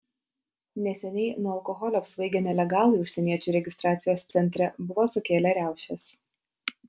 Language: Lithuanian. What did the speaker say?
neseniai nuo alkoholio apsvaigę nelegalai užsieniečių registracijos centre buvo sukėlę riaušes